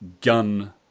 gun